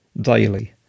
daily